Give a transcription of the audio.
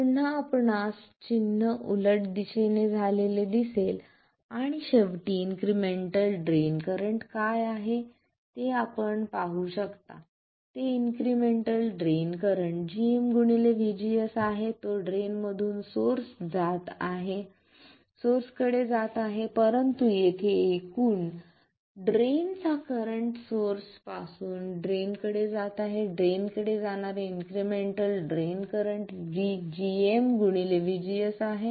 पुन्हा आपणास चिन्ह उलट दिशेने झालेले दिसेल आणि शेवटी इन्क्रिमेंटल ड्रेन करंट काय आहे ते आपण पाहू शकता ते incremental drain current gm vGS आहे तो ड्रेन मधून सोर्स जात आहे परंतु येथे एकूण ड्रेनचा करंट सोर्स पासून ड्रेनकडे जात आहे ड्रेन जाणारे incremental drain current gm vGS आहे